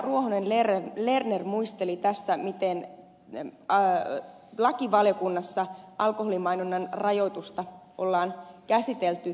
ruohonen lerner muisteli tässä miten lakivaliokunnassa alkoholimainonnan rajoitusta on käsitelty